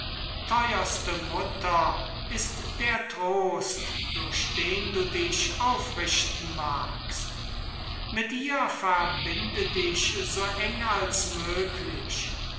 theuerste mutter ist der trost durch den du dich aufrichten magst mit ihr verbinde dich so eng als möglich